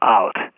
out